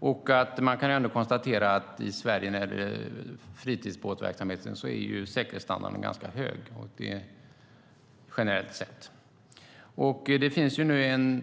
Säkerhetsstandarden för verksamheten med fritidsbåtar i Sverige är hög generellt sett.